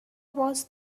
was